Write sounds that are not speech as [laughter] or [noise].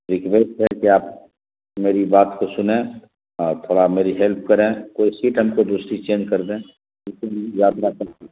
request ہے کہ آپ میری بات کو سنیں اور تھوڑا میری ہیلپ کریں کوئی سیٹ ہم کو دوسری چینج کر دیں [unintelligible]